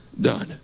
done